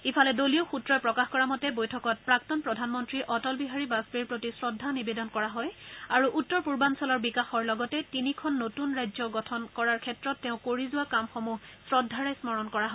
ইফালে দলীয় সূত্ৰই প্ৰকাশ কৰা মতে বৈঠকত প্ৰাক্তন প্ৰধানমন্তী অটল বিহাৰী বাজপেয়ীৰ প্ৰতি শ্ৰদ্ধা নিবেদন কৰা হয় আৰু উত্তৰ পূৰ্বাঞ্চলৰ বিকাশৰ লগতে তিনিখন নতুন ৰাজ্য গঠন কৰাৰ ক্ষেত্ৰত তেওঁ কৰি যোৱা কামসমূহ শ্ৰদ্ধাৰে স্মৰণ কৰা হয়